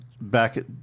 back